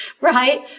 right